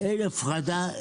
אין הפרדה,